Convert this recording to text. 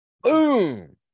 Boom